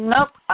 Nope